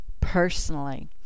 personally